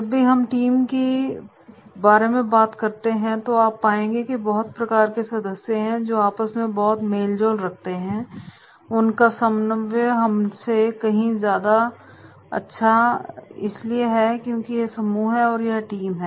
जब भी हम टीम के बारे में बात करते हैं तो आप पाएंगे की बहुत प्रकार के सदस्य हैं जो आपस में बहुत मेलजोल रखते हैं उनका समन्वय हमसे कहीं ज्यादा अच्छा इसलिए यह समूह और यह टीम है